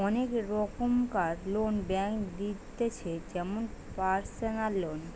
অনেক রোকমকার loan bank দিতেছে যেমন পারসনাল লোন